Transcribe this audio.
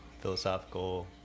philosophical